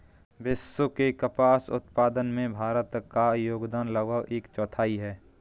विश्व के कपास उत्पादन में भारत का योगदान लगभग एक चौथाई है